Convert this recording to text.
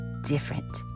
different